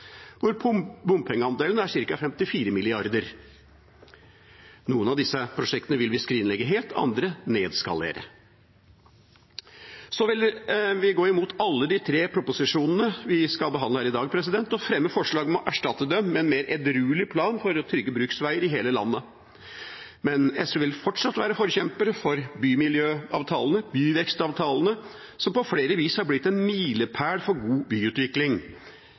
hvor bompengeandelen er ca. 54 mrd. kr. Noen av disse prosjektene vil vi skrinlegge helt – andre nedskalere. Vi vil gå imot alle de tre proposisjonene vi skal behandle her i dag og fremmer forslag om å erstatte dem med en mer edruelig plan for trygge bruksveier i hele landet. SV vil fortsatt være forkjemper for bymiljøavtalene, byvekstavtalene, som på flere vis har blitt en milepæl for god byutvikling.